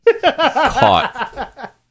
Caught